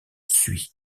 suit